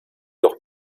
doch